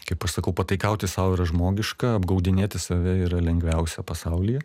kaip aš sakau pataikauti sau yra žmogiška apgaudinėti save yra lengviausia pasaulyje